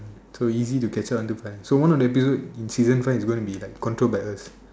so easy to catch up to episode five so one of the episode in season five is being like controlled by us